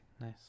Nice